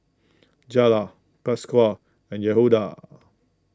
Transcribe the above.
Jayla Pasquale and Yehuda